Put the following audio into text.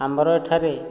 ଆମର ଏଠାରେ